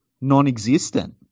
non-existent